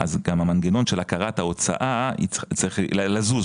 גם המנגנון של הכרת ההוצאה צריך לזוז.